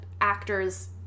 actors